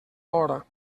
hora